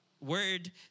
Word